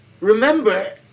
remember